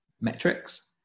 metrics